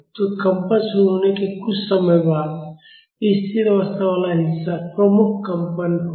तो कंपन शुरू होने के कुछ समय बाद स्थिर अवस्था वाला हिस्सा प्रमुख कंपन होगा